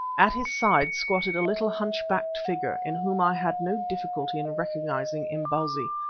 at his side squatted a little hunchbacked figure, in whom i had no difficulty in recognising imbozwi,